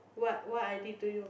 what what i did to you